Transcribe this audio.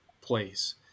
place